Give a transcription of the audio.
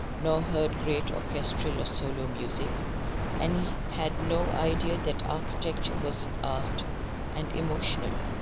nor heard great orchestral or solo music and he had no idea that architecture was an art and emotional,